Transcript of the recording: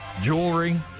jewelry